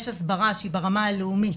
יש הסברה שהיא ברמה הלאומית,